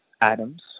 atoms